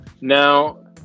Now